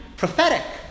Prophetic